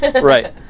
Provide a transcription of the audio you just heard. Right